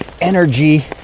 energy